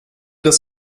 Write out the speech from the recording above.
das